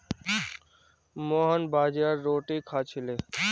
मोहन बाजरार रोटी खा छिले